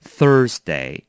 Thursday